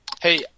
Hey